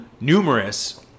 numerous